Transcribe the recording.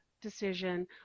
decision